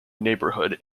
neighbourhood